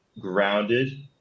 grounded